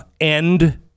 end